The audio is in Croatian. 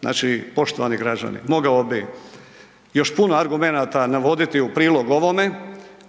Znači poštovani građani, mogao bih još puno argumenata navoditi u prilog ovome,